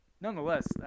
nonetheless